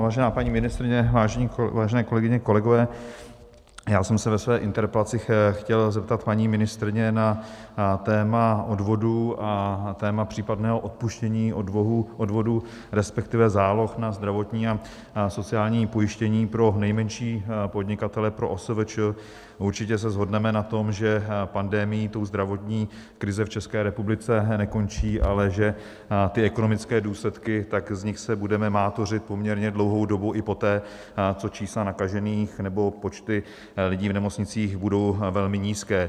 Vážená paní ministryně, vážené kolegyně, kolegové, já jsem se ve své interpelaci chtěl zeptat paní ministryně na téma odvodů a téma případného odpuštění odvodů, respektive záloh na zdravotní a sociální pojištění pro nejmenší podnikatele, pro OSVČ, a určitě se shodneme na tom, že pandemií zdravotní krize v České republice nekončí, ale že ty ekonomické důsledky, tak z nich se budeme mátořit poměrně dlouhou dobu i poté, co čísla nakažených nebo počty lidí v nemocnicích budou velmi nízké.